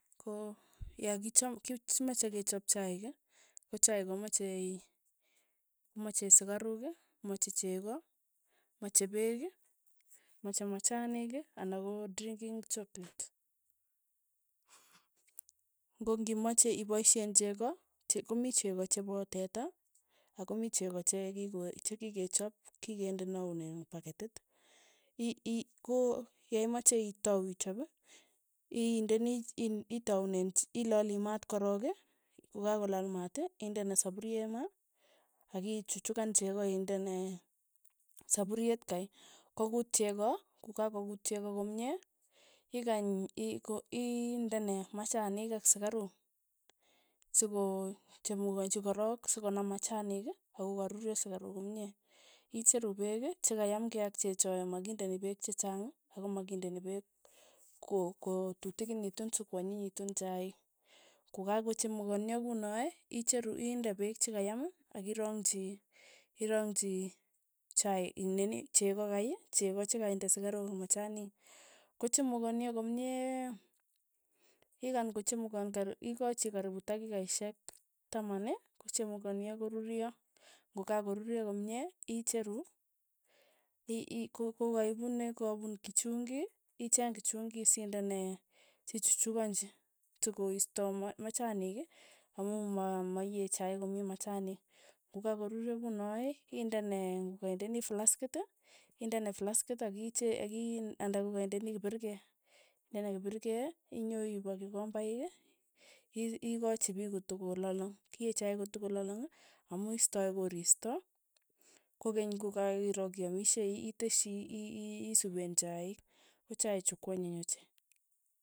Ko yakicham kich kimache kechap chaik, ko chaik komache komache sukaruk, mache cheko, amche peek, mache machanik anan ko drinking chokolet, ng'o kimanye ipaishen cheko, che komi cheko chepa teta, ako mii cheko chekipoe chekikechop, kikendonoun in paketit, i- i koyaimache itau ichop, indeni, itaune ch, ilali maat korok. kokakolal maat indene sapurie ma, akichuchukan cheko indene sapuriet kai, ko kuut cheko, ko kakokuut cheko komie ikany ii ko iindene machanik ak sikaruk sokochamukanchi korok, sikonam machanik, ako karuryo sikaruk komie, icheru peek ak chakayam kei ak chechoe, makindeni peek chechang, ak makindeni peek ko ko tutikinikitu sokwanyinyitu chaik, ko kakochamukania kunoe, icheru indde peek chekayam akirongnchi irongchi chai ii nini cheko kei, cheko chakainde sukaruk ak machanik, kochemukonio komie, ikany kochamukon kar ikachi karipu takikaishek taman, kochamukonio, koruryo, ng'okakoruryo komie, icheru, i- i- ikokaipune kapun kichungi, icheng kichungi sindene sichuchukanchi, sikoista ma- machanik, amu ma- maiyee chaik komii machanik, kokakoruryo kunoe, indene kokaindeni flaskit indene flaskit akiche aki anda kokaindeni kipiriket, nende kipirike, inyo iip akikombaik, i- ikochi piik kotokololong, kiee chaik kotokololong. ami istoi koristo, kokeny kokairook iamishei, iteshi i- i- isupeen chaik, ko chaik chu kwanyiny ochei.